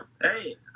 Hey